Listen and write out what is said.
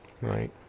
Right